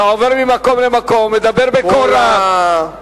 אתה עובר ממקום למקום, מדבר בקול רם.